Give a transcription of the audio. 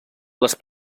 les